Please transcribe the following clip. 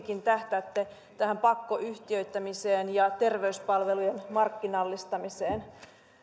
kuitenkin tähtäätte pakkoyhtiöittämiseen ja terveyspalvelujen markkinallistamiseen